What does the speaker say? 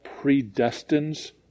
predestines